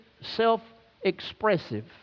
self-expressive